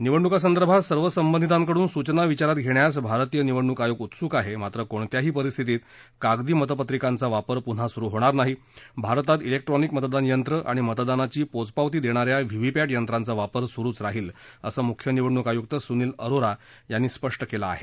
निवडणुकांसंदर्भात सर्व संबंधितांकडून सूचना विचारात घेण्यास भारतीय निवडणूक आयोग उत्सूक आहे मात्र कोणत्याही परिस्थितीत कागदी मतपत्रिकांचा वापर पुन्हा सुरू होणार नाही भारतात ईलेक्ट्रॉनिक मतदान यंत्र आणि मतदानाची पोचपावती देणा या व्हीव्हीपॅट यंत्रांचा वापर सुरूच राहिल असं मुख्य निवडणूक आयुक्त सुनिल अरोरा यांनी स्पष्ट केलं आहे